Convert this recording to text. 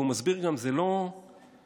והוא מסביר גם: זו תועבה,